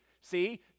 see